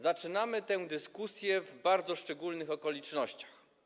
Zaczynamy tę dyskusję w bardzo szczególnych okolicznościach.